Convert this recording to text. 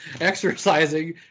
exercising